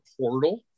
Portal